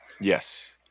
Yes